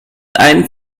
eint